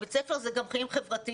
בית ספר הוא גם חיים חברתיים,